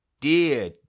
dear